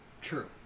true